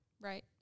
Right